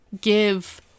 give